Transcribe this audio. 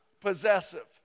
possessive